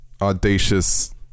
audacious